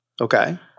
Okay